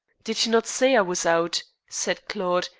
did you not say i was out? said claude,